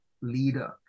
leader